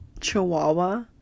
Chihuahua